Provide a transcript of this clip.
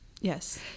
Yes